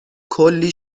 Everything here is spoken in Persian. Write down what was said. کلی